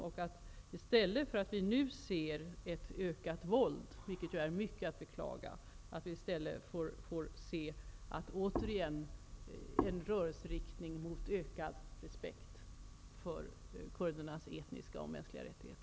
Vi ser nu ett ökat våld, vilket är att beklaga, och vi hoppas i stället återigen få se en rörelse i riktning mot ökad respekt för kurdernas etniska och mänskliga rättigheter.